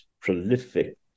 prolific